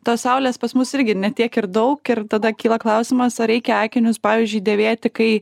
tos saulės pas mus irgi ne tiek ir daug ir tada kyla klausimas ar reikia akinius pavyzdžiui dėvėti kai